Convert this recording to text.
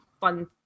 fun